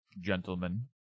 Gentlemen